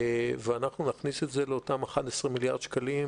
ואנחנו נכניס את זה לאותם 11 מיליארד שקלים.